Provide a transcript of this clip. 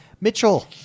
Mitchell